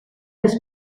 his